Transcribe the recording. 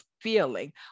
feeling